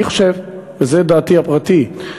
וזו דעתי הפרטית,